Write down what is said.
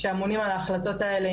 שאמונים על ההחלטות האלה,